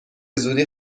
زودی